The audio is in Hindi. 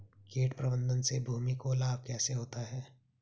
कीट प्रबंधन से भूमि को लाभ कैसे होता है?